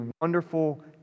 wonderful